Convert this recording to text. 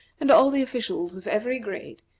and all the officials of every grade,